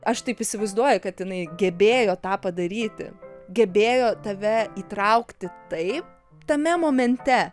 aš taip įsivaizduoju kad jinai gebėjo tą padaryti gebėjo tave įtraukti taip tame momente